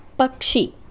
పక్షి